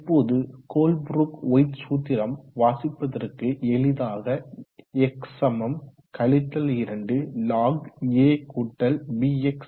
இப்போது கோல்ப்ரூக்ஒயிட் சூத்திரம் வாசிப்பதற்கு எளிதாக x 2 log10 abx